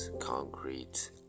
concrete